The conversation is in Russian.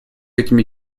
этими